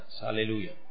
hallelujah